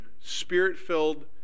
spirit-filled